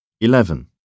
Eleven